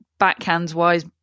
backhands-wise